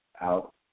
out